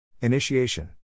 Initiation